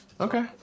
Okay